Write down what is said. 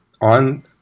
on